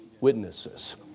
witnesses